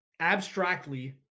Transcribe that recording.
abstractly